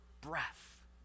breath